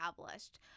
established